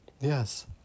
Yes